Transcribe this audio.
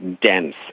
dense